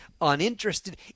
uninterested